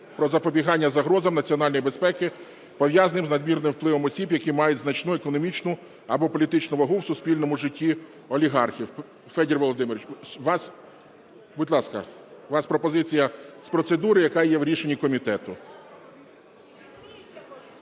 про запобігання загрозам національній безпеці, пов'язаним із надмірним впливом осіб, які мають значну економічну або політичну вагу в суспільному житті (олігархів). Федір Володимирович, вас? Будь ласка, у вас пропозиція з процедури, яка є в рішенні комітету.